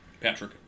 Patrick